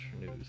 news